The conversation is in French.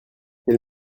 quel